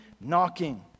knocking